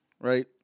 right